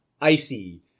Icy